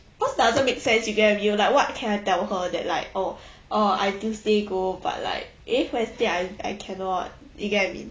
cause doesn't make sense you can have you like what I can tell her that like or or I tuesday go but like eh wednesday I cannot you get what I mean